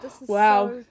Wow